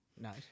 Nice